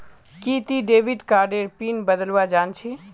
कि ती डेविड कार्डेर पिन बदलवा जानछी